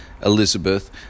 Elizabeth